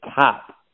top